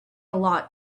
lot